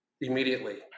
immediately